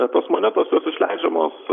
tos monetos jos išleidžiamos